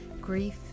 grief